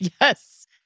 Yes